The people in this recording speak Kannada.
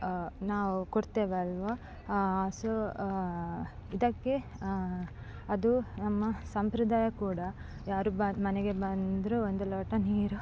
ನಾವು ಕೊಡ್ತೇವಲ್ವಾ ಸೊ ಇದಕ್ಕೆ ಅದು ನಮ್ಮ ಸಂಪ್ರದಾಯ ಕೂಡ ಯಾರು ಬ ಮನೆಗೆ ಬಂದರು ಒಂದು ಲೋಟ ನೀರು